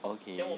okay